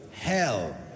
hell